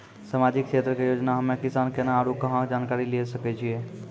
समाजिक क्षेत्र के योजना हम्मे किसान केना आरू कहाँ जानकारी लिये सकय छियै?